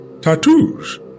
tattoos